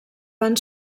van